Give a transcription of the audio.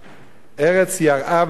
"ארץ יראה ושקטה",